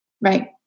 Right